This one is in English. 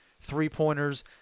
three-pointers